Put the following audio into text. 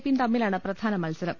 P യും തമ്മിലാണ് പ്രധാന മത്സരം